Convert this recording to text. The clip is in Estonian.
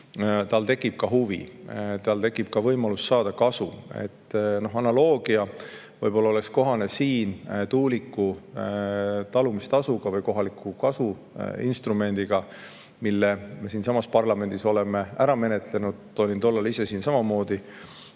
tal tekib huvi, tal tekib ka võimalus saada kasu. Analoogia võiks olla kohane siin tuuliku talumistasuga või kohaliku kasu instrumendiga, mille me siinsamas parlamendis oleme ära menetlenud. Olin tollal ise samamoodi